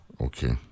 okay